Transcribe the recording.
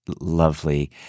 lovely